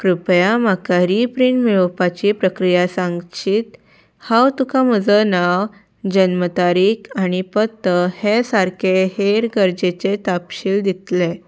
कृपया म्हाका रीप्रिन्ट मेळोवपाची प्रक्रिया सांगशीत हांव तुका म्हजें नांव जल्म तारीख आनी पत्तो हे सारके हेर गरजेचे तापशील दितलें